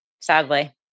Sadly